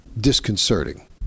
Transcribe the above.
disconcerting